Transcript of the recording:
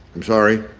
i'm sorry